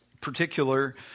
particular